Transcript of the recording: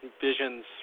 visions